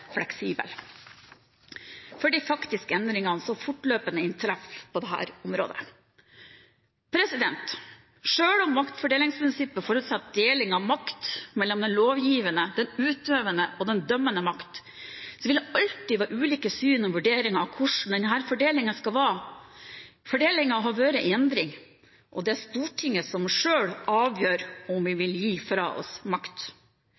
fleksibel for de faktiske endringene som fortløpende inntreffer på dette området. Selv om maktfordelingsprinsippet forutsetter deling av makt mellom den lovgivende, den utøvende og den dømmende makt, vil det alltid være ulike syn på og vurderinger av hvordan denne fordelingen skal være. Fordelingen har vært i endring, og det er Stortinget som selv avgjør om vi vil gi fra oss makt.